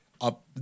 up